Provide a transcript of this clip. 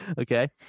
Okay